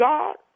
God